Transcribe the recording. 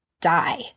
die